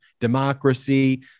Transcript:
democracy